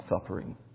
suffering